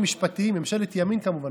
בממשלת ימין כמובן,